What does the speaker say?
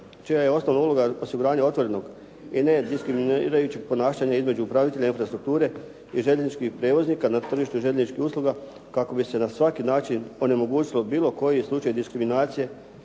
čija je osnovna uloga osiguranja otvorenog i nediskriminirajućeg ponašanja između upravitelja infrastrukture i željezničkih prijevoznika na tržištu željezničkih usluga kako bi se na svaki način onemogućilo bilo koji slučaj diskriminacije